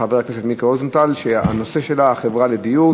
חבר הכנסת רוזנטל שהנושא שלה הוא: החברה לדיור,